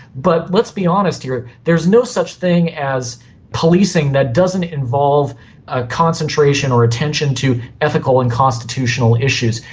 but let's be honest here, there is no such thing as policing that doesn't involve a concentration or attention to ethical and constitutional issues.